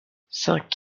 cinq